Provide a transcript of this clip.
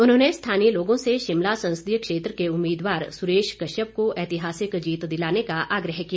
उन्होंने स्थानीय लोगों से शिमला संसदीय क्षेत्र के उम्मीदवार सुरेश कश्यप को ऐतिहासिक जीत दिलाने का आग्रह किया